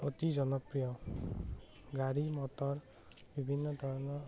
অতি জনপ্ৰিয় গাড়ী মটৰ বিভিন্ন ধৰণৰ